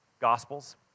gospels